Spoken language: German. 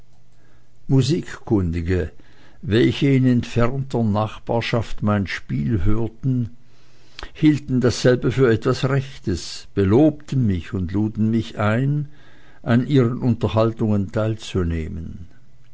musikkundige welche in entfernterer nachbarschaft mein spiel hörten hielten dasselbe für etwas rechtes belobten mich und luden mich ein an ihren unterhaltungen teilzunehmen